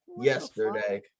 yesterday